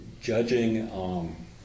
judging